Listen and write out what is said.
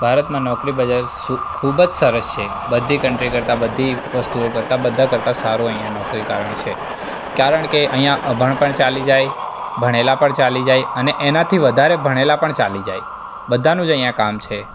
ભારતમાં શું નોકરી બજાર ખૂબ જ સરસ છે બધી કન્ટ્રી કરતાં વસ્તુ કરતાં નોકરી કરવાનું સારું કારણ છે કારણ કે અહીંયાં અભણ પણ ચાલી જાય ભણેલા પણ ચાલી જાય અને એનાથી વધારે પણ ચાલી જાય બધાનું જ અહીંયાં કામ છે